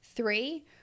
Three